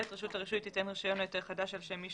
רשות הרישוי תיתן רישיון או היתר חדש על שם מי